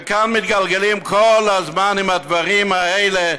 וכאן מתגלגלים כל הזמן עם הדברים האלה.